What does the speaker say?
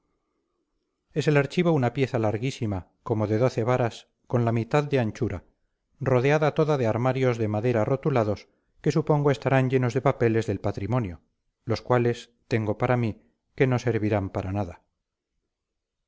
es el archivo una pieza larguísima como de doce varas con la mitad de anchura rodeada toda de armarios de madera rotulados que supongo estarán llenos de papeles del patrimonio los cuales tengo para mí que no servirán para nada